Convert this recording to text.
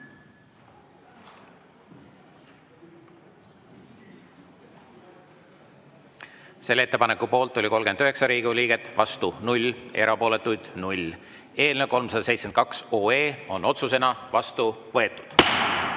Selle ettepaneku poolt oli 39 Riigikogu liiget, vastu 0, erapooletuid 0. Eelnõu 372 on otsusena vastu võetud. Head